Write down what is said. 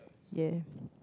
ya